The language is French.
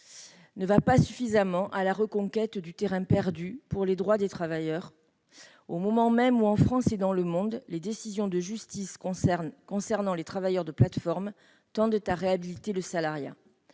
ne va pas suffisamment à la reconquête du terrain perdu pour les droits des travailleurs, au moment même où, en France et dans le reste du monde, les décisions de justice touchant aux travailleurs de plateformes tendent à réhabiliter le salariat.